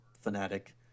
fanatic